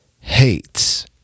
hates